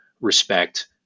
respect